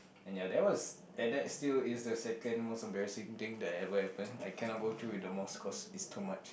and ya that was and that's still is the second most embarrassing thing that ever happened I cannot go through with the most because is too much